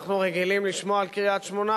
אנחנו רגילים לשמוע על קריית-שמונה,